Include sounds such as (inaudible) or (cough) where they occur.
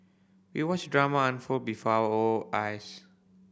we watched drama unfold before our (unintelligible) eyes